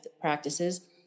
practices